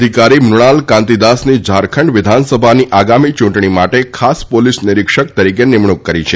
અધિકારી મૃણાલ કાંતિદાસની ઝારખંડ વિધાનસભાની આગામી ચૂંટણી માટે ખાસ પોલીસ નિરીક્ષક તરીકે નિમણૂંક કરી છે